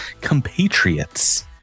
compatriots